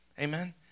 Amen